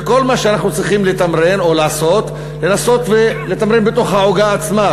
וכל מה שאנחנו צריכים לתמרן או לעשות זה לנסות ולתמרן בתוך העוגה עצמה.